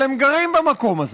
אבל הם גרים במקום הזה.